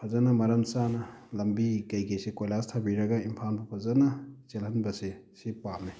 ꯐꯖꯅ ꯃꯔꯝ ꯆꯥꯅ ꯂꯝꯕꯤ ꯀꯩꯀꯩꯁꯦ ꯀꯣꯏꯂꯥꯁ ꯊꯥꯕꯤꯔꯒ ꯏꯝꯐꯥꯜ ꯐꯥꯎ ꯐꯖꯅ ꯆꯦꯟꯍꯟꯕꯁꯦ ꯁꯤ ꯄꯥꯝꯃꯦ